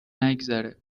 نگذره